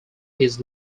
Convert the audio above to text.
his